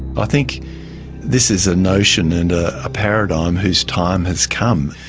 i think this is a notion and a paradigm whose time has come.